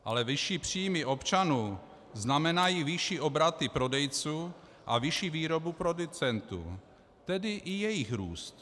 Ale vyšší příjmy občanů znamenají vyšší obraty prodejců a vyšší výrobu producentů, tedy i jejich růst.